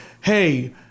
hey